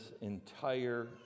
entire